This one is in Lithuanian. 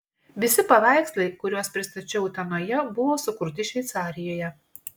visi paveikslai kuriuos pristačiau utenoje buvo sukurti šveicarijoje